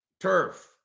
turf